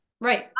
right